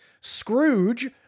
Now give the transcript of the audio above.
Scrooge